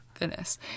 Goodness